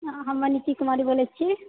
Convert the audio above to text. हमे निक्की कुमारी बोलै छी